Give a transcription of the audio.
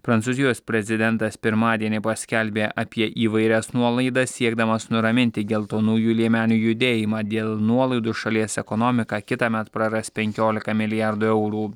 prancūzijos prezidentas pirmadienį paskelbė apie įvairias nuolaidas siekdamas nuraminti geltonųjų liemenių judėjimą dėl nuolaidų šalies ekonomika kitąmet praras penkiolika milijardų eurų